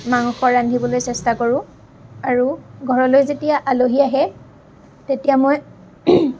মাংস ৰান্ধিবলৈ চেষ্টা কৰোঁ আৰু ঘৰলৈ যেতিয়া আলহী আহে তেতিয়া মই